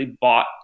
bought